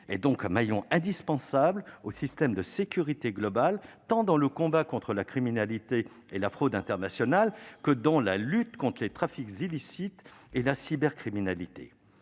est donc un maillon indispensable du système de sécurité globale, tant pour le combat contre la criminalité et la fraude internationales que pour la lutte contre les trafics illicites et la cybercriminalité.